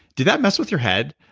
did that mess with your head?